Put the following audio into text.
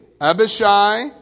Abishai